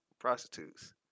prostitutes